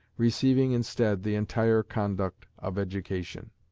receiving instead the entire conduct of education.